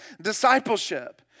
discipleship